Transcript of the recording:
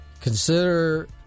Consider